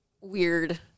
weird